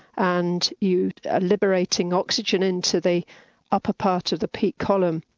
and you are liberating oxygen into the upper part of the peat column,